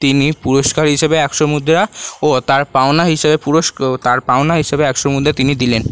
তিনি পুরষ্কার হিসাবে একশো মুদ্রা ও তার পাওনা হিসেবে তার পাওনা হিসাবে একশো মুদ্রা তিনি দিলেন